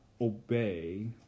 obey